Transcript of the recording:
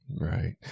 Right